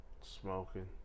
Smoking